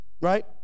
right